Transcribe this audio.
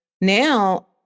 now